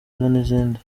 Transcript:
n’izindi